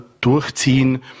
durchziehen